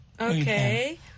Okay